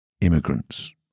immigrants